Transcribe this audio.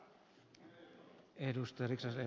ärade talman